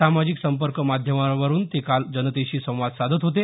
सामाजिक संपर्क माध्यमावरुन ते काल जनतेशी संवाद साधत होते